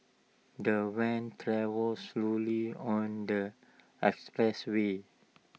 the van travelled slowly on the expressway